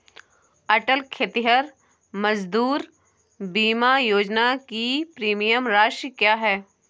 अटल खेतिहर मजदूर बीमा योजना की प्रीमियम राशि क्या है?